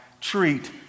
treat